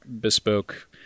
bespoke